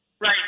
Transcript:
Right